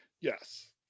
Yes